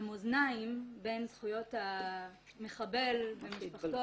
שהמאזניים בין זכויות המחבל ומשפחתו